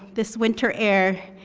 this winter air,